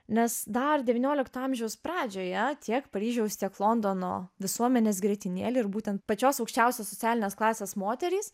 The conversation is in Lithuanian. nes dar devyniolikto amžiaus pradžioje tiek paryžiaus tiek londono visuomenės grietinėlė ir būtent pačios aukščiausios socialinės klasės moterys